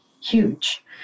huge